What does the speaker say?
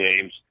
games